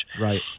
right